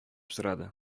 сорады